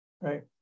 right